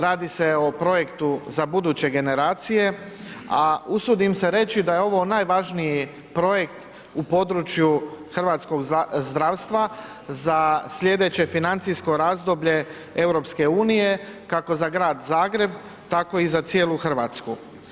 Radi se o projektu za buduće generacije, a usudim se reći da je ovo najvažniji projekt u području hrvatskog zdravstva za sljedeće financijsko razdoblje EU, kako za Grad Zagreb, tako i za cijelu Hrvatsku.